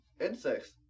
insects